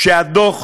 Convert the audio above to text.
שהדוח